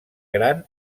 gran